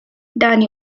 دعني